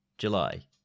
July